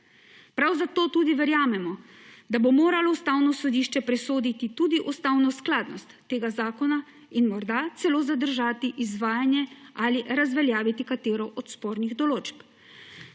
Prav zato tudi verjamemo, da bo moralo Ustavno sodišče presoditi tudi ustavno skladnost tega zakona in morda celo zadržati izvajanje ali razveljaviti katero od spornih določb.